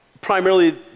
primarily